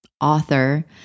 author